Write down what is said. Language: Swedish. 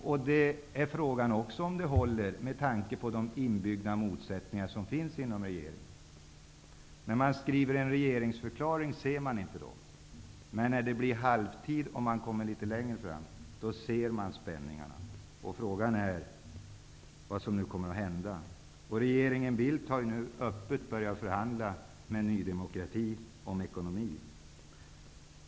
Det är också fråga om det hela håller med tanke på de inbyggda motsättningar som finns i regeringen. När man skriver en regeringsförklaring ser man inte motsättningarna, men när det blir halvtid av mandatperioden ser man spänningarna. Frågan är vad som nu kommer att hända. Regeringen Bildt har ju öppet börjat förhandla med Ny demokrati om ekonomin.